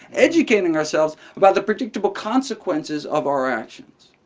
educating ourselves about the predictable consequences of our actions.